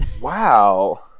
Wow